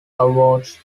awards